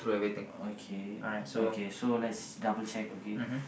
okay okay so let's double check okay